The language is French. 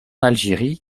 algérie